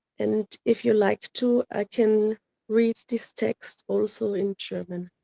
and if you like too, i can read this text also in german.